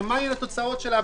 ומה היו התוצאות שלה?